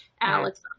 Alex